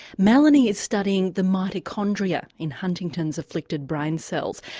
melanie is studying the mitochondria in huntington's afflicted brain cells,